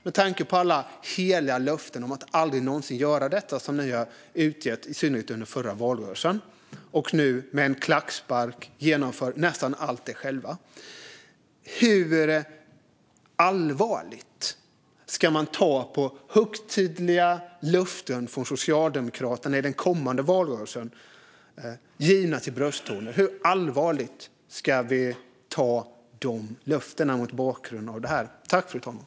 Med tanke på alla heliga löften om att aldrig någonsin göra detta som ni har avlagt, i synnerhet under den förra valrörelsen, och att ni nu med en klackspark genomför nästan allt detta själva - hur allvarligt ska man ta på högtidliga löften från Socialdemokraterna i den kommande valrörelsen? Givna till brösttoner, hur allvarligt ska vi ta de löftena mot bakgrund av detta?